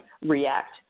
react